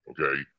okay